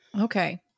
Okay